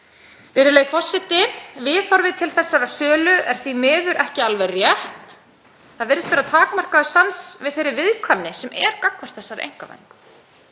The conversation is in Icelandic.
Virðulegi forseti. Viðhorfið til þessarar sölu er því miður ekki alveg rétt. Það virðist vera takmarkaður sans fyrir þeirri viðkvæmni sem er gagnvart þessari einkavæðingu.